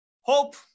hope